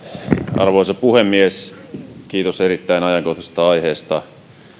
arvoisa puhemies kiitos erittäin ajankohtaisesta aiheesta